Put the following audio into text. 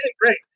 great